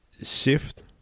shift